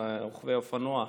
על רוכבי האופנוע?